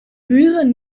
buren